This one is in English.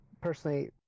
personally